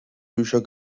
bücher